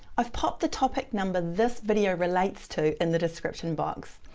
i've popped the topic number this video relates to in the description box.